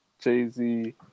jay-z